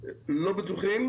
לא בטוחים